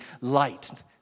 light